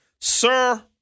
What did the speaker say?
Sir